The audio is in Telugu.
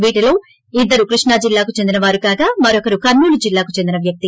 వీటిలో ఇద్దరు కృష్ణా జిల్లాకు చెందిన వారు కాగా మరొకరు కర్నూలు జిల్లాకు చెందిన వ్యక్తి